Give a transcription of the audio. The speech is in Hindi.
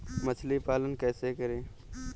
मछली पालन कैसे करें?